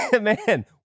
man